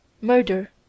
Murder!—